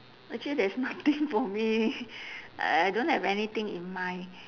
actually there is nothing for me I don't have anything in mind